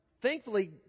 Thankfully